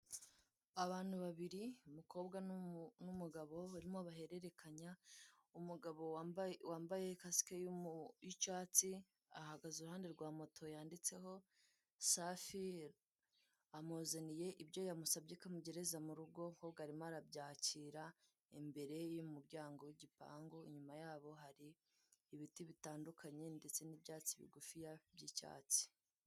Abantu babiri umukobwa n'umugabo barimo bahererekanya, umugabo wambaye kasike y'icyatsi ahagaze i ruhande rwa moto yanditseho Safi amuzaniye ibyo yamusabye ko amugereza mu rugo umukobwa arimo arabyakira imbere y'umuryango w'igipangu inyuma yabo hari ibiti bitandukanye ndetse n'ibyatsi bigufiya by'icyatsi.